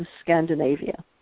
scandinavia